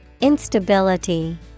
Instability